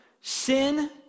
Sin